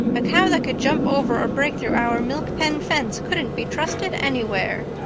a cow that could jump over or break through our milk-pen fence couldn't be trusted anywhere.